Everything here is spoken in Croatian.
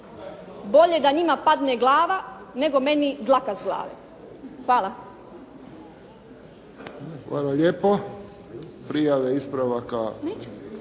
Bolje da njima padne glava nego meni dlaka s glave. Hvala. **Friščić, Josip (HSS)** Hvala lijepo. Prijave ispravaka